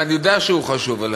ואני יודע שהוא חשוב לך,